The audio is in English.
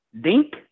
dink